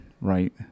right